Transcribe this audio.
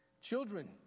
Children